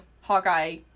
Hawkeye